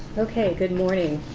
ok, good morning.